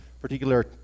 particular